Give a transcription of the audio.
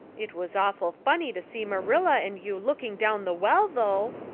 it was awful funny to see marilla and you looking down the well, though,